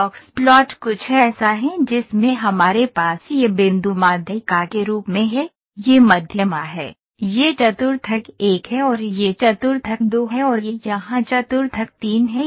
box plot कुछ ऐसा है जिसमें हमारे पास यह बिंदु माध्यिका के रूप में है यह मध्यमा है यह चतुर्थक 1 है और यह चतुर्थक 2 है और यह यहां चतुर्थक 3 है